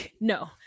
no